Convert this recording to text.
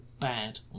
bad